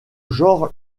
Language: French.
genre